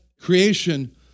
creation